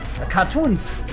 Cartoons